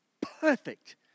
perfect